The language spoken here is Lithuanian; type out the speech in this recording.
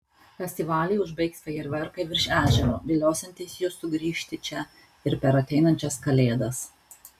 festivalį užbaigs fejerverkai virš ežero viliosiantys jus sugrįžti čia ir per ateinančias kalėdas